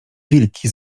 wilki